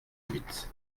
huit